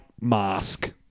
mask